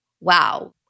wow